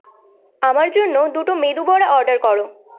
আমার জন্য দুটো মেদু বড়া অর্ডার করো